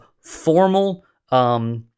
formal